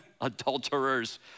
adulterers